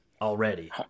already